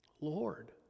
Lord